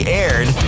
aired